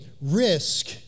risk